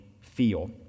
feel